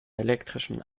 elektrischen